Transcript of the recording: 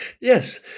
Yes